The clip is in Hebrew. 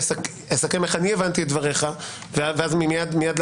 אסכם איך אני הבנתי את דבריך, אבל